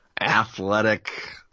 Athletic